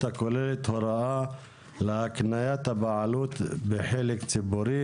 הכוללת הוראה להקניית הבעלות בחלק ציבורי),